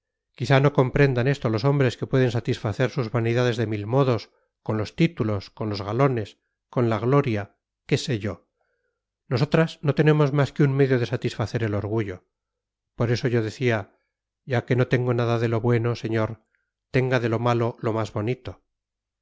quizás no comprendan esto los hombres que pueden satisfacer sus vanidades de mil modos con los títulos con los galones con la gloria qué sé yo nosotras no tenemos más que un medio de satisfacer el orgullo por eso yo decía ya que no tengo nada de lo bueno señor tenga de lo malo lo más bonito